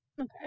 okay